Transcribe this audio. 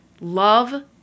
love